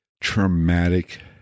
traumatic